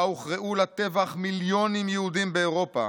ובה הוכרעו לטבח מיליונים יהודים באירופה,